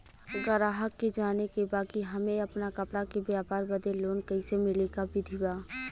गराहक के जाने के बा कि हमे अपना कपड़ा के व्यापार बदे लोन कैसे मिली का विधि बा?